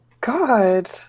God